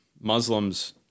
Muslims